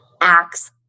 acts